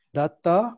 data